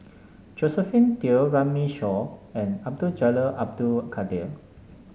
Josephine Teo Runme Shaw and Abdul Jalil Abdul Kadir